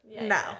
no